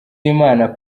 w’imana